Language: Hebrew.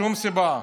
שום סיבה.